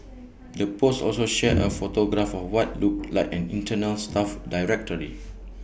the post also shared A photograph of what looked like an internal staff directory